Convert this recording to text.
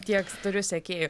tiek turiu sekėjų